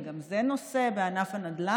וגם זה נושא בענף הנדל"ן.